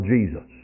Jesus